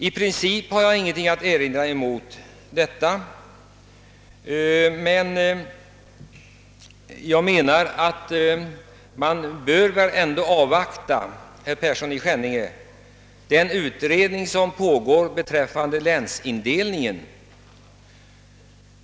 I princip har jag ingenting att erinra mot detta, men jag menar att man bör avvakta, herr Persson i Skänninge, den utredning som pågår beträffande länsindelningen.